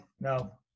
no